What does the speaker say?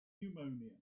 pneumonia